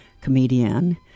comedian